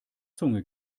zunge